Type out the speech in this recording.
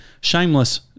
Shameless